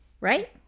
Right